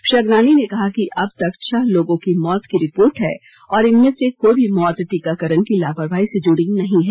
श्री अगनानी ने कहा कि अब तक छह लोगों की मौत की रिपोर्ट हैं और इनमें से कोई भी मौत टीकाकरण की लापरवाही से जुड़ी नहीं है